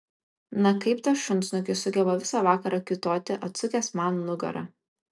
na kaip tas šunsnukis sugeba visą vakarą kiūtoti atsukęs man nugarą